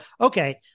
okay